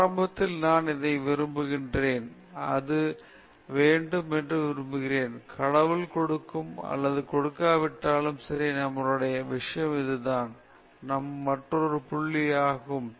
ஆரம்பத்தில் நான் இதை விரும்புகிறேன் எனக்கு அது வேண்டும் என்று விரும்புகிறேன் கடவுள் கொடுக்கும் அல்லது கொடுக்காவிட்டாலும் சரி நம்முடைய விஷயம் அல்ல அது மற்றொரு புள்ளியாகும்